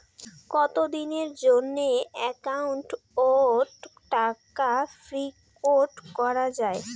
কতদিনের জন্যে একাউন্ট ওত টাকা ফিক্সড করা যায়?